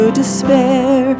despair